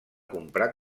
comprar